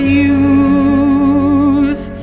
youth